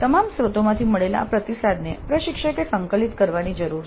તમામ સ્ત્રોતોમાંથી મળેલા આ પ્રતિસાદને પ્રશિક્ષકે સંકલિત કરવાની જરૂર છે